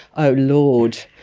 oh lord!